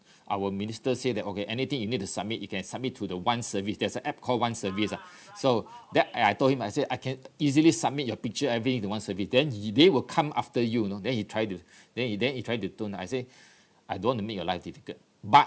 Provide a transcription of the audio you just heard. our minister said that okay anything you need to submit you can submit to the one service there's a app called one service ah so that I I told him I said I can easily submit your picture everything in one service then e~ they will come after you you know then he try to then he then he try to tone lah I say I don't want to make your life difficult but